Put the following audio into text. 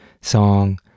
song